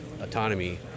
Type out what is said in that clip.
autonomy